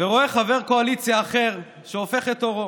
ורואה חבר קואליציה אחר שהופך את עורו,